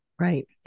Right